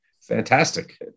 fantastic